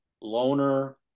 loner